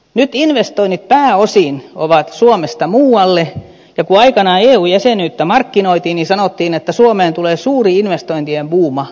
nyt investoinnit pääosin ovat suomesta muualle ja kun aikanaan eu jäsenyyttä markkinoitiin niin sanottiin että suomeen tulee suuri investointien buumi